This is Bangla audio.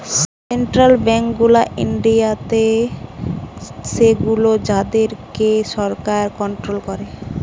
সেন্ট্রাল বেঙ্ক গুলা ইন্ডিয়াতে সেগুলো যাদের কে সরকার কন্ট্রোল করে